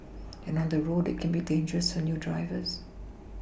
and on the road it can be dangerous for new drivers